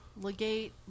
Legate